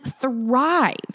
thrive